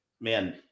Man